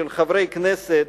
של חברי כנסת,